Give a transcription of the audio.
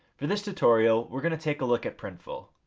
for this tutorial, we're going to take a look at printful.